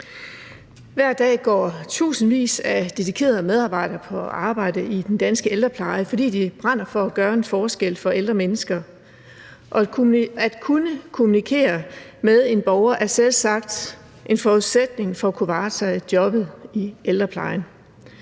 Hver dag går tusindvis af dedikerede medarbejdere på arbejde i den danske ældrepleje, fordi de brænder for at gøre en forskel for ældre mennesker, og at kunne kommunikere med en borger er selvsagt en forudsætning for at kunne varetage jobbet i ældreplejen.